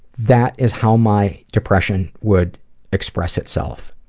that is how my depression would express itself,